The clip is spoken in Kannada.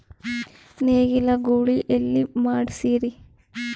ನೇಗಿಲ ಗೂಳಿ ಎಲ್ಲಿ ಮಾಡಸೀರಿ?